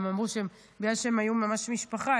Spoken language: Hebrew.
הם אמרו שבגלל שהם היו ממש משפחה,